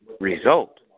result